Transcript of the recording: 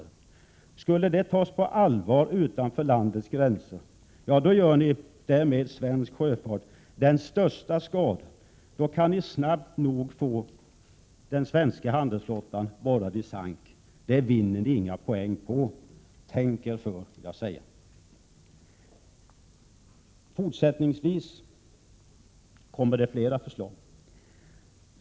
Det vore ytterst allvarligt om den argumentationen skulle tas på allvar utanför landets gränser, för då har ni gjort svensk sjöfart den största skada. Då kan ni snabbt nog få den svenska handelsflottan borrad i sank. Det vinner ni inga poäng på. Tänk er för, vill jag säga! Fortsättningsvis kommer det flera förslag.